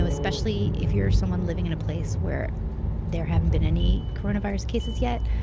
ah especially if you're someone living in a place where there haven't been any coronavirus cases yet.